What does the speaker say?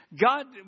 God